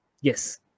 Yes